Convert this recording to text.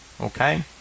Okay